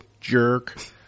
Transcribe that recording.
jerk